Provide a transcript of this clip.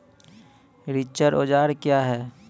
रिचर औजार क्या हैं?